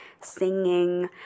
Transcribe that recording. singing